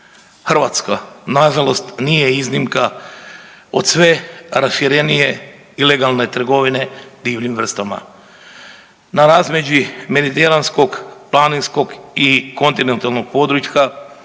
Hrvatska nažalost nije iznimka od sve raširenije ilegalne trgovine divljim vrstama. Na razmeđi mediteranskog, planinskog i kontinentalnog područja